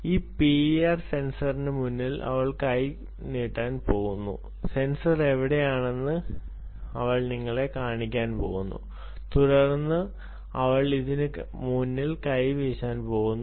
ഈ പിഐആർ സെൻസറിന് മുന്നിൽ കൈ നീട്ടാൻ പോകുന്നു സെൻസർ എവിടെയാണെന്ന് നിങ്ങളെ കാണിക്കാൻ പോകുന്നു തുടർന്ന് അതിന് മുന്നിൽ കൈവീശാൻ പോകുന്നു